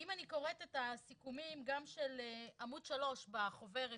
אם אני קוראת את הסיכומים, גם של עמוד שלוש בחוברת